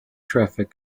traffic